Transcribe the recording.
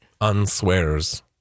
Unswears